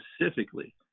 specifically